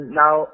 now